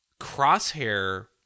Crosshair